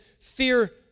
fear